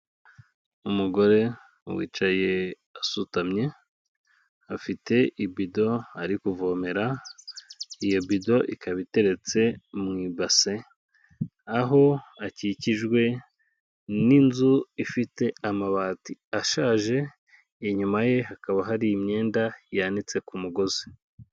Umugore wicaye asutamye, afite ibido ari kuvomera, iyo bido ikaba iteretse mu ibase, aho akikijwe n'inzu ifite amabati ashaje, inyuma ye hakaba hari imyenda yanitse ku mugozi.